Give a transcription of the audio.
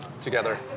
together